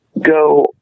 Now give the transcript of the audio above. go